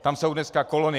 Tam jsou dneska kolony aut.